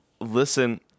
Listen